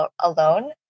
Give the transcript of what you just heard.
alone